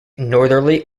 northerly